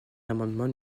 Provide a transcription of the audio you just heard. l’amendement